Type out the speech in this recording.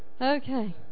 Okay